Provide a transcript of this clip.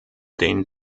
den